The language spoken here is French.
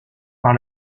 par